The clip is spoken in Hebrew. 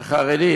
חרדי?